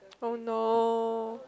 oh no